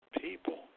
people